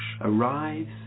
arrives